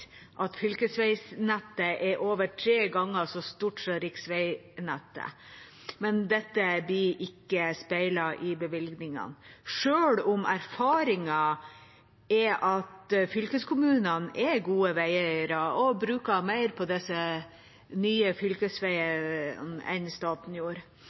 at fylkesveinettet er over tre ganger så stort som riksveinettet, men dette blir ikke speilet i bevilgningene, sjøl om erfaringen er at fylkeskommunene er gode veieiere og bruker mer på de nye fylkesveiene enn staten gjorde.